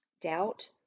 doubt